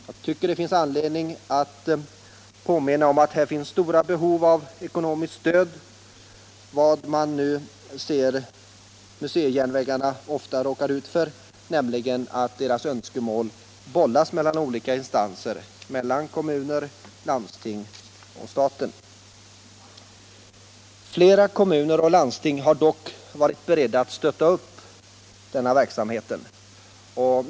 Jag tycker att det finns anledning att påminna om att här finns stora behov av ekonomiskt stöd. Vad museijärnvägarna ofta råkar ut för är att deras önskemål bollas mellan olika instanser, mellan kommunerna, landstingen och staten. Flera kommuner och landsting har dock varit beredda att stötta upp denna verksamhet.